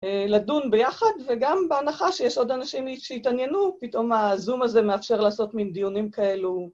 לדון ביחד, וגם בהנחה שיש עוד אנשים שהתעניינו, פתאום הזום הזה מאפשר לעשות מין דיונים כאלו...